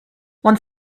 want